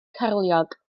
cyrliog